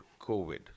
COVID